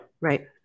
Right